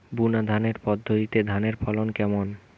বুনাধানের পদ্ধতিতে ধানের ফলন কেমন?